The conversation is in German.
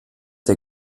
der